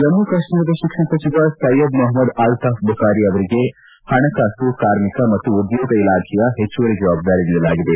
ಜಮ್ಮುಕಾಶ್ಮೀರದ ಶಿಕ್ಷಣ ಸಚಿವ ಸೈಯದ್ ಮಹೊಮ್ಮದ್ ಅಲ್ತಾಫ್ ಬುಖಾರಿ ಅವರಿಗೆ ಹಣಕಾಸು ಕಾರ್ಮಿಕ ಮತ್ತು ಉದ್ಯೋಗ ಇಲಾಖೆಯ ಹೆಚ್ಚುವರಿ ಜವಾಬ್ದಾರಿ ನೀಡಲಾಗಿದೆ